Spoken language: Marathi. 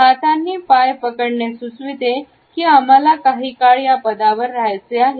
हातांनी पाय पकडणे सुचविते की आम्हाला काही काळ या पदावर रहायचे आहे